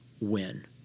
win